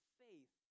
faith